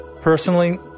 Personally